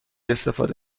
استفاده